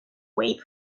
wait